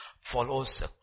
follows